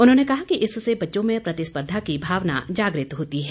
उन्होंने कहा कि इससे बच्चों में प्रतिस्पर्धा की भावना जागृत होती है